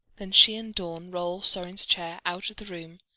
then she and dorn roll sorin's chair out of the room,